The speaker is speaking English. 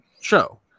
show